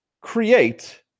create